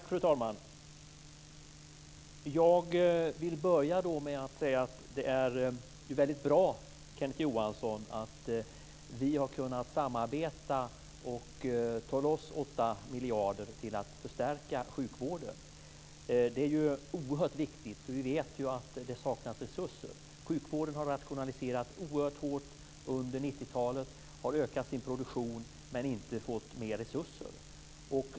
Fru talman! Jag vill börja med att säga att det är bra, Kenneth Johansson, att vi har kunnat samarbeta och ta loss 8 miljarder till att förstärka sjukvården. Det är oerhört viktigt, för vi vet ju att det saknas resurser. Sjukvården har rationaliserat hårt under 90 talet. Man har ökat sin produktion, men man har inte fått mer resurser.